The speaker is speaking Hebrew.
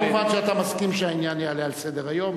כמובן שאתה מסכים שהעניין יעלה על סדר-היום,